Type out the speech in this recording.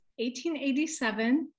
1887